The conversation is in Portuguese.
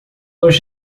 nos